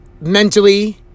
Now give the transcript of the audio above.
Mentally